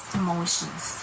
emotions